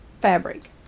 fabric